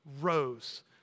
rose